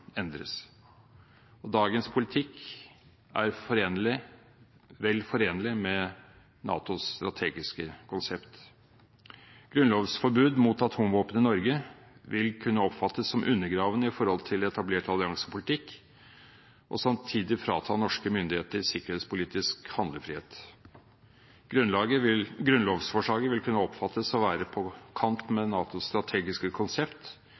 endres. Dagens politikk er vel forenlig med NATOs strategiske konsept. Grunnlovsforbud mot atomvåpen i Norge vil kunne oppfattes som undergravende i forholdet til etablert alliansepolitikk og samtidig frata norske myndigheter sikkerhetspolitisk handlefrihet. Grunnlovsforslaget vil kunne oppfattes å være på kant med NATOs strategiske konsept,